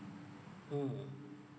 mm